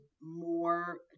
more